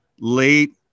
late